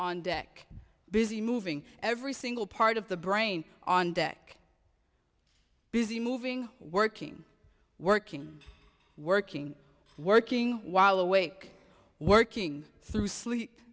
on deck busy moving every single part of the brain on deck busy moving working working working working while awake working through sleep